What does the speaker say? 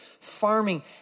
farming